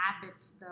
habits